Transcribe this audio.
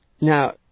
Now